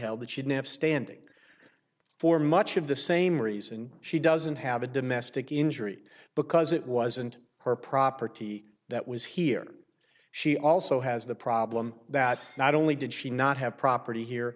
held that she'd have standing for much of the same reason she doesn't have a domestic injury because it wasn't her property that was here she also has the problem that not only did she not have property here